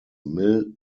mill